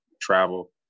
travel